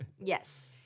Yes